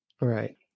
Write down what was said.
Right